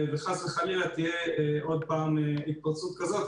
וחס וחלילה אם תהיה פה עוד פעם התפרצות כזאת,